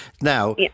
now